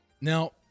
Now